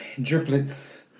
driplets